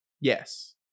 yes